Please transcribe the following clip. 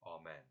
amen